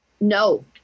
No